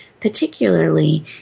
particularly